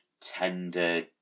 tender